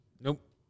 Nope